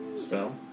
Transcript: spell